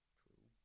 true